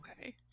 okay